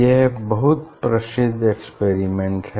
यह बहुत प्रसिद्ध एक्सपेरिमेंट है